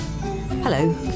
Hello